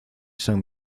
san